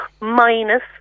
minus